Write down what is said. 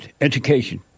Education